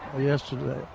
yesterday